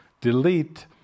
delete